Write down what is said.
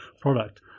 product